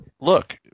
look